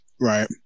right